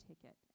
ticket